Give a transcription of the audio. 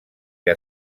què